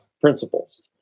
principles